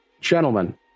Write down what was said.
gentlemen